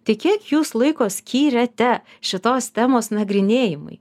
tik kiek jūs laiko skyrėte šitos temos nagrinėjimui